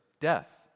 death